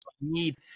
need